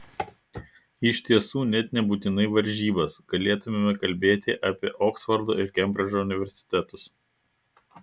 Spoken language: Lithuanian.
iš tiesų net nebūtinai varžybas galėtumėme kalbėti apie oksfordo ir kembridžo universitetus